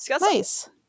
Nice